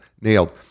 nailed